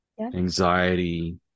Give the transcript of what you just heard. anxiety